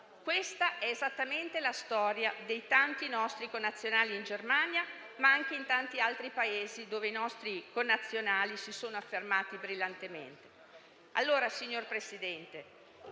Questa è esattamente la storia dei tanti nostri connazionali in Germania, ma anche in tanti altri Paesi dove i nostri connazionali si sono affermati brillantemente.